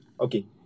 okay